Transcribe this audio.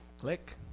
Click